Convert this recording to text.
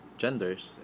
genders